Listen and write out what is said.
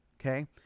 Okay